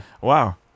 Wow